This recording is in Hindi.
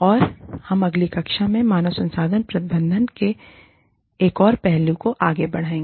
और हम अगली कक्षा में मानव संसाधन प्रबंधन के एक और पहलू पर आगे बढ़ेंगे